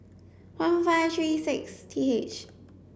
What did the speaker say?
one five three six T H